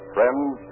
Friends